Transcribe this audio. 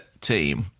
team